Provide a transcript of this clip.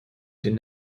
did